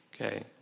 Okay